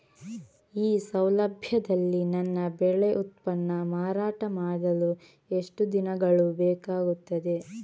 ಈ ಸೌಲಭ್ಯದಲ್ಲಿ ನನ್ನ ಬೆಳೆ ಉತ್ಪನ್ನ ಮಾರಾಟ ಮಾಡಲು ಎಷ್ಟು ದಿನಗಳು ಬೇಕಾಗುತ್ತದೆ?